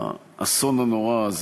האסון הנורא הזה,